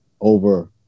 over